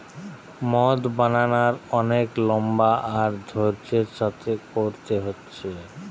মদ বানানার অনেক লম্বা আর ধৈর্য্যের সাথে কোরতে হচ্ছে